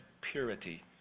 purity